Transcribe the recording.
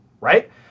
right